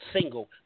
single